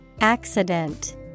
Accident